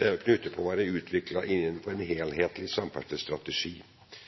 og det må være utviklet innenfor en helhetlig samferdselsstrategi. Betydningen innenfor næringslivet vil også være